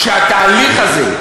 שהתהליך הזה,